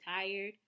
tired